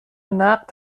نقد